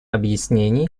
объяснений